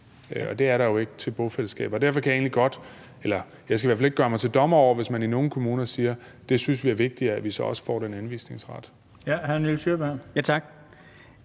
og det er der jo ikke til bofællesskaber. Jeg skal i hvert fald ikke gøre mig til dommer over det, hvis man i nogle kommuner siger: Der synes vi, det er vigtigere, at vi så også får den anvisningsret. Kl. 17:32 Den fg. formand